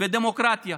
ודמוקרטיה